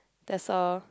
there's a